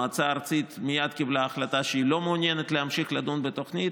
המועצה הארצית מייד קיבלה החלטה שהיא לא מעוניינת לדון בתוכנית